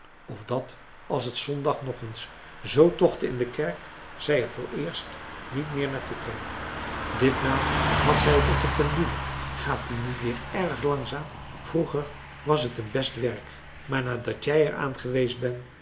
of dat als het zondag nog eens zoo tochtte in de kerk zij er vooreerst niet meer naar toeging ditmaal had zij het op de pendule gaat die niet weer erg langzaam vroeger was het een best werk maar nadat jij er aan geweest bent